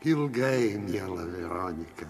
ilgai miela veronika